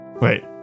Wait